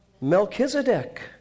Melchizedek